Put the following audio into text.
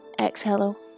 exhale